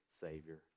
Savior